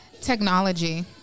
Technology